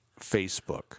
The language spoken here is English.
Facebook